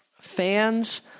Fans